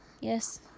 Yes